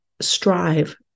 strive